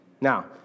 Now